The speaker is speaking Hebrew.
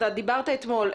אתה דיברת אתמול,